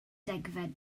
degfed